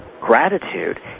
gratitude